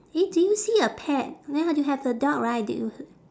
eh do you see a pet then you have the dog right did you